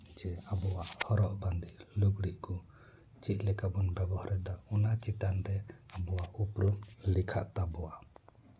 ᱡᱮ ᱟᱵᱚᱣᱟᱜ ᱦᱚᱨᱚᱜ ᱵᱟᱸᱫᱮ ᱞᱩᱜᱽᱲᱤᱡ ᱠᱚ ᱪᱮᱫ ᱞᱮᱠᱟ ᱵᱚᱱ ᱵᱮᱵᱚᱦᱟᱨᱫᱟ ᱚᱱᱟ ᱪᱮᱛᱟᱱ ᱨᱮ ᱟᱵᱚᱣᱟᱜ ᱩᱯᱨᱩᱢ ᱞᱮᱠᱷᱟᱜ ᱛᱟᱵᱳᱣᱟ